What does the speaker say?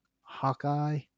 Hawkeye